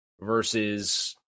versus